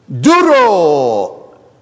Duro